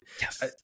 Yes